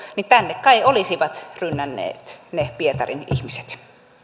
niin tänne kai olisivat rynnänneet ne pietarin ihmiset